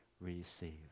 receive